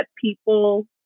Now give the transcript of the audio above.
people